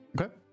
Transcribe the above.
Okay